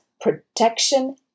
protection